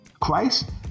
Christ